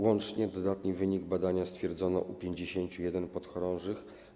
Łącznie dodatni wynik badania stwierdzono u 51 podchorążych.